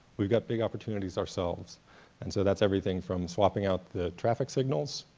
we've got big opportunities ourselves and so that's everything from swapping out the traffic signals,